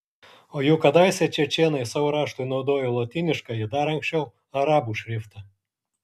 o juk kadaise čečėnai savo raštui naudojo lotyniškąjį dar anksčiau arabų šriftą